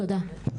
תודה.